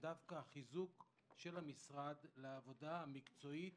וגם על החיזוק של המשרד לעבודה המקצועית